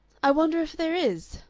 i wonder if there is!